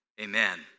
Amen